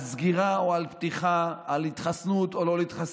על סגירה או על פתיחה, על להתחסן או לא להתחסן.